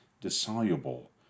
dissoluble